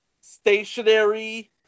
stationary